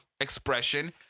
expression